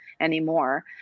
anymore